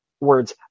words